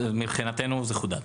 עורך דין נזרי, מבחינתנו זה חודד.